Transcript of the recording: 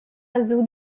azul